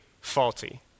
faulty